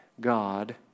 God